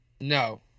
No